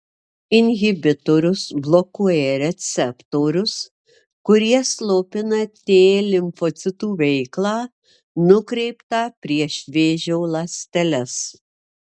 inhibitorius blokuoja receptorius kurie slopina t limfocitų veiklą nukreiptą prieš vėžio ląsteles